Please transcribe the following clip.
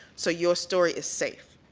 so your story is safe.